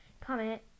comment